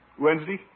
Wednesday